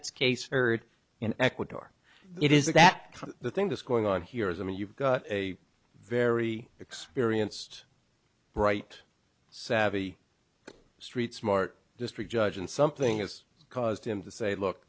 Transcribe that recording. its case heard in ecuador it is that the thing that's going on here is i mean you've got a very experienced bright savvy street smart district judge and something has caused him to say look